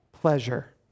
pleasure